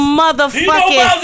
motherfucking